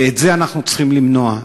ואת זה אנחנו צריכים למנוע.